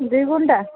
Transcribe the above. দুই ঘণ্টা